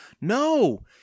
No